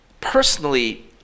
personally